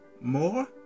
more